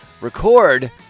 record